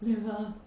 never